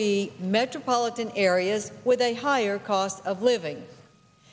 be metropolitan areas with a higher cost of living